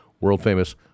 world-famous